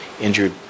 injured